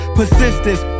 persistence